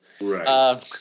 Right